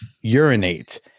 urinate